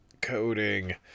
Coding